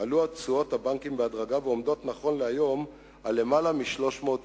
עלו תשואות הבנקים בהדרגה, וכיום הן למעלה מ-300%,